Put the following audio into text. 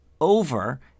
over